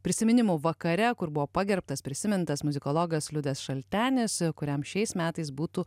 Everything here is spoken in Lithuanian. prisiminimų vakare kur buvo pagerbtas prisimintas muzikologas liudas šaltenis kuriam šiais metais būtų